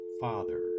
father